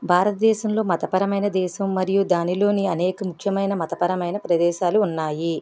భారతదేశంలో మతపరమైన దేశం మరియు దానిలోని అనేక ముఖ్యమైన మతపరమైన ప్రదేశాలు ఉన్నాయి